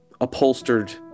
upholstered